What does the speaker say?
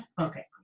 Okay